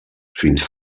fins